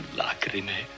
lacrime